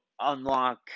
unlock